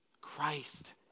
Christ